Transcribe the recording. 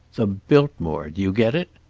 the biltmore. do you get it?